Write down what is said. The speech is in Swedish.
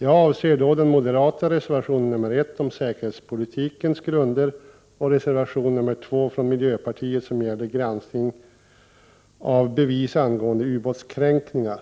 Jag avser då den moderata reservationen 1 om säkerhetspolitikens grunder och reservation 2 av miljöpartiet som gäller granskning av bevis angående ubåtskränkningar.